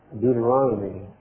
Deuteronomy